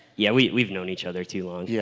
yeah, we've we've known each other too long. yeah